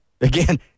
Again